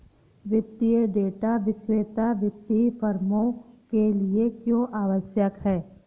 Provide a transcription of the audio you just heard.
वित्तीय डेटा विक्रेता वित्तीय फर्मों के लिए क्यों आवश्यक है?